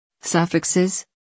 Suffixes